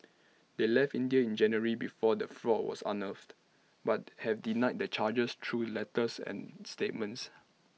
they left India in January before the fraud was unearthed but have denied the charges through letters and statements